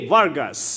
Vargas